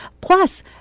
Plus